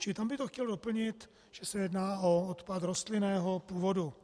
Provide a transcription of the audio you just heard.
Čili tam by to chtělo doplnit, že se jedná o odpad rostlinného původu.